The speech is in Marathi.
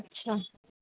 अच्छा